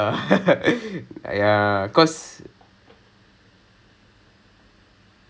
oh அந்த மாதிரி:antha maathiri no I mean publications க்கு நீ அதை சொன்னேனா:kku ni athai sonenaa I would understand